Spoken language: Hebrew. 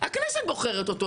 הכנסת בוחרת אותו.